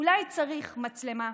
אולי צריך מצלמה?